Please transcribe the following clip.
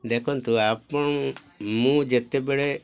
ଦେଖନ୍ତୁ ଆପଣ ମୁଁ ଯେତେବେଳେ